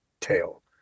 tail